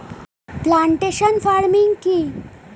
Plantation farming কি?